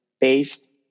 based